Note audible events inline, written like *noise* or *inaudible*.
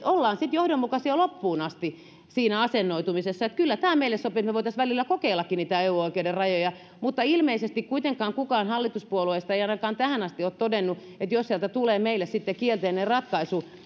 *unintelligible* ollaan sitten johdonmukaisia loppuun asti siinä asennoitumisessa kyllä tämä meille sopii että me voisimme välillä kokeillakin niitä eu oikeuden rajoja mutta ilmeisesti kuitenkaan kukaan hallituspuolueista ei ainakaan tähän asti ole todennut että jos sieltä tulee meille kielteinen ratkaisu